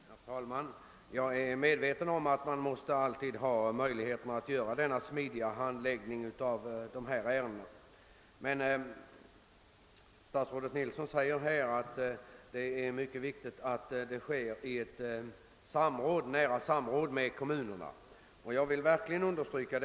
Herr talman! Jag är medveten om att man alltid måste ha möjlighet ait handlägga dessa ärenden på ett smidigt sätt. Statsrådet Nilssons uttalande att det är mycket viktigt att det sker ett nära samråd med kommunerna vill jag verkligen understryka.